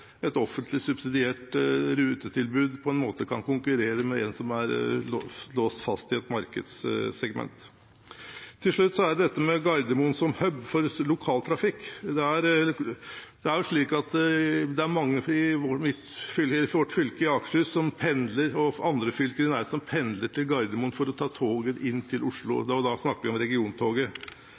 et offentlig subsidiert rutetilbud kan konkurrere med et som er låst fast i et markedssegment. Til slutt er det dette med Gardermoen som «hub» for lokaltrafikk. Det er mange i mitt fylke, Akershus, og andre fylker i nærheten som pendler til Gardermoen for å ta toget inn til Oslo – da snakker vi om regiontoget.